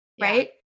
right